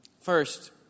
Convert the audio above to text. First